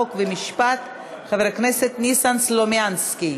חוק ומשפט חבר הכנסת ניסן סלומינסקי.